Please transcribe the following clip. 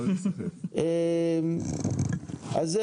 אני יודע